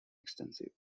extensive